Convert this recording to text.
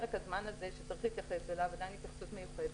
פרק הזמן שצריך להתייחס אליו עדיין בהתייחסות מיוחדת,